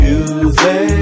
Music